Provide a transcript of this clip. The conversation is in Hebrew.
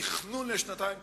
תכנון לשנתיים,